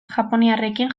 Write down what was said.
japoniarrekin